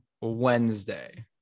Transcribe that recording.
wednesday